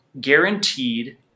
guaranteed